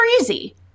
easy